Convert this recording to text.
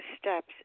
steps